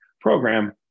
program